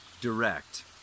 direct